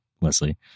leslie